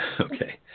Okay